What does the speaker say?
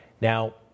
Now